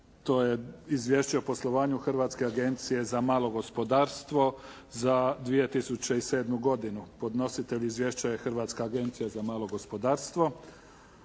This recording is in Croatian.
Izvješće o poslovanju Hrvatske agencije za malo gospodarstvo za 2007. godinu. Podnositelj je Hrvatska agencija za malo gospodarstvo.